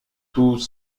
tout